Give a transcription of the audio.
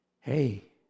Hey